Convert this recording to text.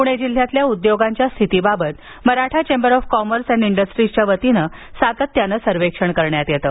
पुणे जिल्ह्यातल्या उद्योगांच्या स्थितीबाबत Maratha chamber of commerce and अंडस्ट्रीजच्या वतीनं सातत्यानं सर्वेक्षण करण्यात येतं